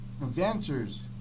adventures